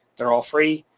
they're all free,